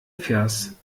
vers